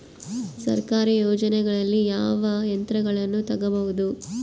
ಸರ್ಕಾರಿ ಯೋಜನೆಗಳಲ್ಲಿ ಯಾವ ಯಂತ್ರಗಳನ್ನ ತಗಬಹುದು?